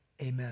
amen